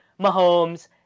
Mahomes